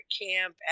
camp